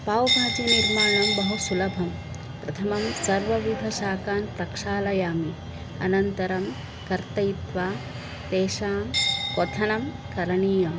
पाव् भाज्यनिर्माणं बहु सुलभं प्रथमं सर्वविधशाकान् प्रक्षालयामि अनन्तरं कर्तयित्वा तेषां क्वथनं करणीयं